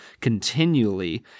continually